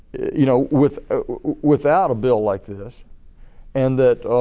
you know without without a bill like this and